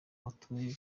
watoye